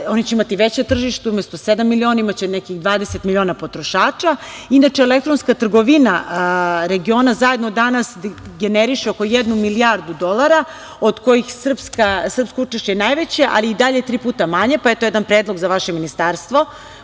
ona će imati veće tržište umesto sedam miliona imaće nekih dvadeset miliona potrošača. Inače, elektronska trgovina regiona zajedno danas generiše oko jednu milijardu dolara od kojih je srpsko učešće najveće, ali i dalje tri puta manje, pa eto jedan predlog za vaše Ministarstvo,